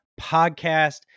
Podcast